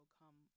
come